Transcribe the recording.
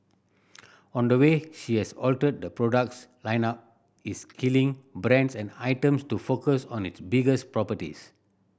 on the way she has altered the products lineup is killing brands and items to focus on its biggest properties